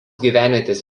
gyvenvietės